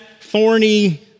thorny